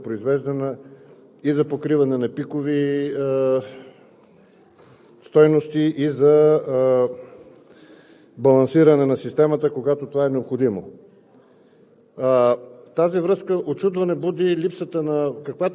силни валежи, и като акумулаторна енергия, която може да бъде произвеждана и за покриване на пикови стойности, и за балансиране на системата, когато това е необходимо.